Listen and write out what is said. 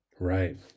Right